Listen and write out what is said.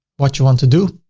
what you want to do.